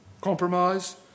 compromise